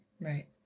Right